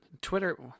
Twitter